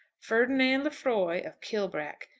ferdinand lefroy of kilbrack!